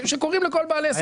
שקורים לכל בעל עסק.